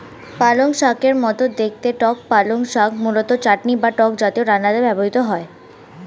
পালংশাকের মতো দেখতে টক পালং শাক মূলত চাটনি বা টক জাতীয় রান্নাতে ব্যবহৃত হয়